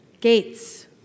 Gates